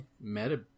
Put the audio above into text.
Meta